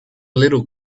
little